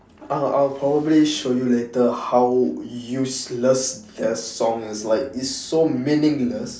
I'll I'll probably show you later how useless their songs like it's so meaningless